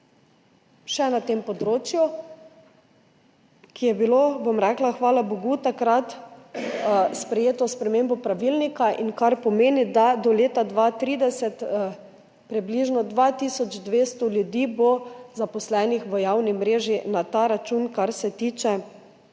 še na tem področju, ki je bilo, bom rekla, hvala bogu takrat sprejeto s spremembo pravilnika, kar pomeni, da bo do leta 2030 približno 2 tisoč 200 ljudi zaposlenih v javni mreži na ta račun, kar se tiče